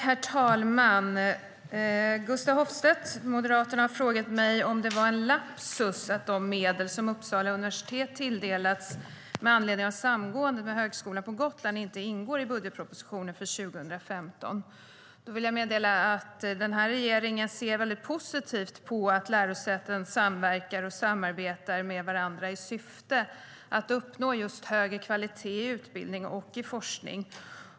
Herr talman! Gustaf Hoffstedt, Moderaterna, har frågat mig om det var en lapsus att de medel som Uppsala universitet tilldelats med anledning av samgåendet med Högskolan på Gotland inte ingår i budgetpropositionen för 2015. Regeringen ser positivt på att lärosäten samverkar och samarbetar med varandra i syfte att uppnå hög kvalitet i utbildning och forskning.